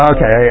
Okay